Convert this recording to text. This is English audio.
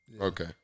Okay